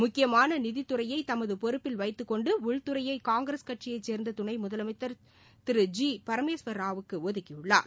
முக்கியமான நிதித்துறையை தமது பொறுப்பில் வைத்துக் கொண்டு உள்துறையை காங்கிரஸ் கட்சியை சேர்ந்த துணை முதலமைச்சர் திரு ஜி பரமேஸ்வர்ரா க்கு ஒதுக்கியுள்ளார்